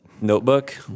Notebook